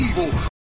evil